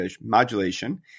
modulation